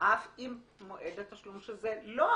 אף אם מועד התשלום של זה לא עבר,